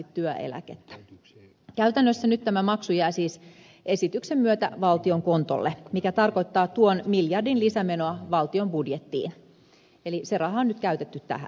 käytännössä tämä maksu jää siis esityksen myötä valtion kontolle mikä tarkoittaa miljardin lisämenoa valtion budjettiin eli se raha on nyt käytetty tähän